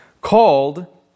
called